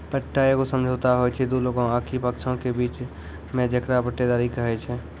पट्टा एगो समझौता होय छै दु लोगो आकि पक्षों के बीचो मे जेकरा पट्टेदारी कही छै